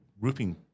roofing